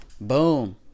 Boom